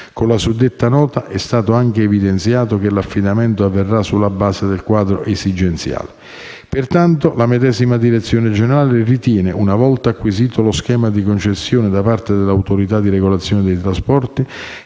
Con la suddetta nota è stato anche evidenziato che l'affidamento avverrà sulla base del quadro esigenziale. Pertanto, la medesima direzione generale ritiene, una volta acquisito lo schema di concessione da parte dell'ART e lo schema di bando di